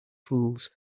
fools